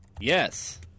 Yes